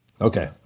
Okay